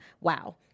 Wow